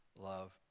love